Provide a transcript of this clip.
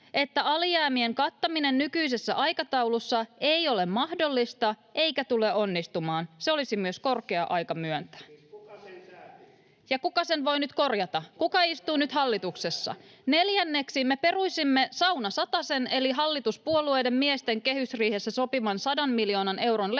että alijäämien kattaminen nykyisessä aikataulussa ei ole mahdollista eikä tule onnistumaan. Se olisi myös korkea aika myöntää. [Ben Zyskowicz: Siis kuka sen sääti?] — Ja kuka sen voi nyt korjata? Kuka istuu nyt hallituksessa? Neljänneksi me peruisimme saunasatasen eli hallituspuolueiden miesten kehysriihessä sopiman 100 miljoonan euron leikkauksen